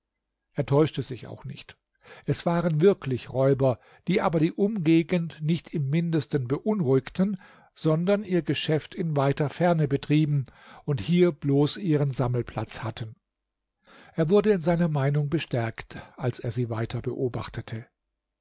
er täuschte sich auch nicht es waren wirklich räuber die aber die umgegend nicht im mindesten beunruhigten sondern ihr geschäft in weiter ferne trieben und hier bloß ihren sammelplatz hatten er wurde in seiner meinung bestärkt als er sie weiter beobachtete